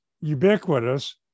ubiquitous